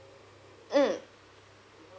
mm